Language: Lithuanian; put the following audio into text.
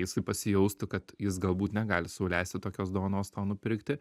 jisai pasijaustų kad jis galbūt negali sau leisti tokios dovanos tau nupirkti